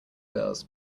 girls